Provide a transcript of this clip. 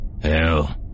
Hell